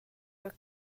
your